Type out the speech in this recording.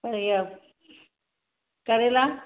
करेला